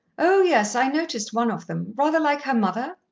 oh, yes i noticed one of them rather like her mother?